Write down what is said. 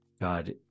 God